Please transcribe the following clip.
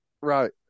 Right